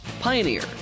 Pioneer